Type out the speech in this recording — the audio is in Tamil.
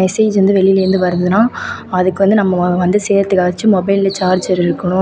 மெசேஜ் வந்து வெளிலேருந்து வருதுன்னால் அதுக்கு வந்து நம்ம வ வந்து செய்கிறத்துக்காவாச்சும் மொபைலில்ல சார்ஜர் இருக்கணும்